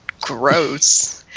gross